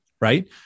right